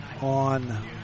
on